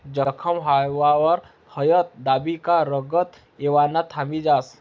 जखम व्हवावर हायद दाबी का रंगत येवानं थांबी जास